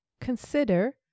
consider